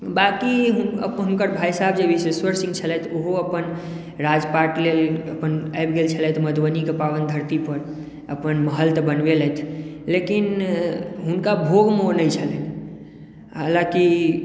बाकी हुनकर जे भाय साहेब विशेश्वर सिंह छलैथ ओहो अपन राजपाट लेल अपन आबि गेल छलैथ मधुबनीक पाबनि धरती पर अपन महल तऽ बनबेलैथ लेकिन हुनका भोगमे ओ नहि छलनि हालाॅंकि